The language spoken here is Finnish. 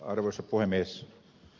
arvoisa puhemies